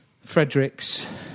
Fredericks